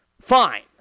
Fine